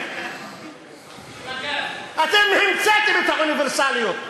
אתם המצאתם את האוניברסליות.